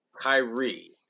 Kyrie